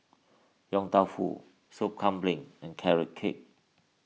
Yong Tau Foo Sop Kambing and Carrot Cake